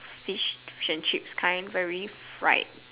fish fish and chips kind very fried